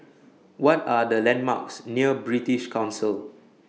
What Are The landmarks near British Council